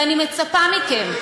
ואני מצפה מכם,